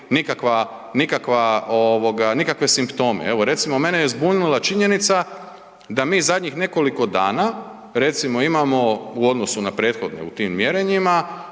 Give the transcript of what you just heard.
nikakve simptome. Evo, recimo mene je zbunila činjenica da mi zadnjih nekoliko dana recimo imamo u odnosu na prethodne u tim mjerenjima,